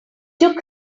took